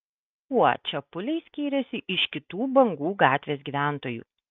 kuo čepuliai skyrėsi iš kitų bangų gatvės gyventojų